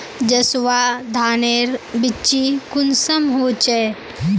जसवा धानेर बिच्ची कुंसम होचए?